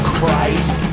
Christ